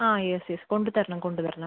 ആ yes yes കൊണ്ടത്തരണം കൊണ്ടുതരണം